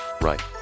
right